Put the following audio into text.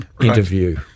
interview